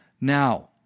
Now